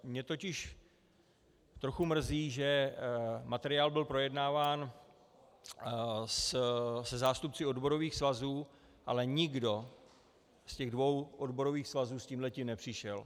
Mě totiž trochu mrzí, že materiál byl projednáván se zástupci odborových svazů, ale nikdo z těch dvou odborových svazů s tímhle nepřišel.